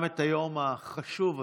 יזם את היום החשוב הזה,